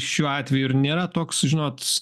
šiuo atveju ir nėra toks žinot